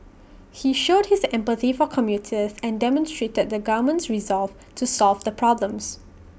he showed his empathy for commuters and demonstrated the government's resolve to solve the problems